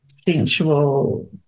sensual